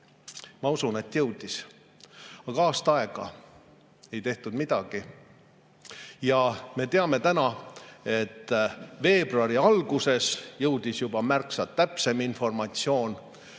Ma usun, et jõudis. Aga aasta aega ei tehtud midagi. Ja me teame täna, et veebruari alguses jõudis juba märksa täpsem informatsioon